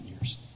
years